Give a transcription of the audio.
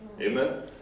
amen